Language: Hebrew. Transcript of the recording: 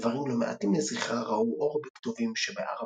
דברים לא מעטים לזכרה ראו אור בכתובים שבערבית.